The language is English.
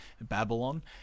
Babylon